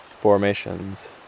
Formations